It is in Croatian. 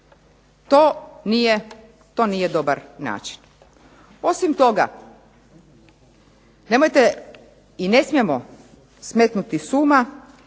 To nije dobar način. Osim toga nemojte i ne smijemo smetnuti s uma